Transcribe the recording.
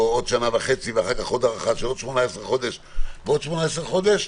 עוד שנה וחצי ועוד 18 חודש ועוד 18 חודש,